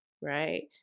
right